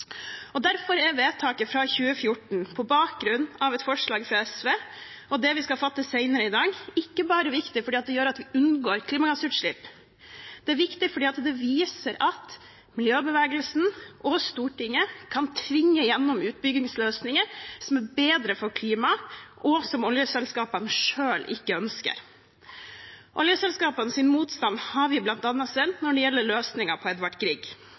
Derfor er vedtaket fra 2014, som kom på bakgrunn av et forslag fra SV, og det vedtaket vi skal fatte senere i dag, ikke bare viktig fordi det gjør at vi unngår klimagassutslipp. Det er også viktig fordi det viser at miljøbevegelsen og Stortinget kan tvinge gjennom utbyggingsløsninger som er bedre for klimaet, og som oljeselskapene selv ikke ønsker. Oljeselskapenes motstand har vi sett bl.a. når det gjelder